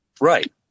Right